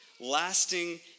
lasting